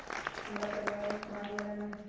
हमरा परिवार में कमाने वाला ना है?